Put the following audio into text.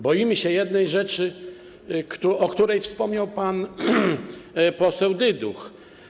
Boimy się jednej rzeczy, o której wspomniał pan poseł Dyduch.